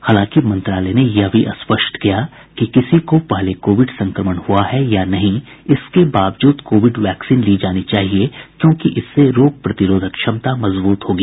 हालांकि मंत्रालय ने यह भी स्पष्ट किया कि किसी को पहले कोविड संक्रमण हुआ है या नहीं इसके बावजूद कोविड वैक्सीन ली जानी चाहिए क्योंकि इससे रोग प्रतिरोधक क्षमता मजब्रत होगी